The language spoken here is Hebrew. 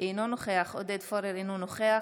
אינו נוכח עודד פורר, אינו נוכח